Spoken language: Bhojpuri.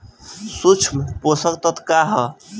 सूक्ष्म पोषक तत्व का ह?